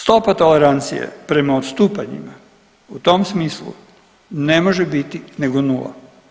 Stopa tolerancije prema odstupanjima u tom smislu ne može biti nego nula.